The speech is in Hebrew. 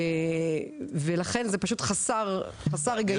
ולכן זה פשוט חסר היגיון